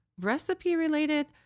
recipe-related